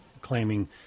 claiming